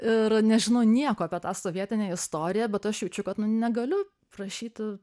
ir nežinau nieko apie tą sovietinę istoriją bet aš jaučiu kad nu negaliu prašyti